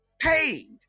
paid